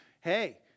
Hey